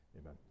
Amen